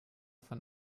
von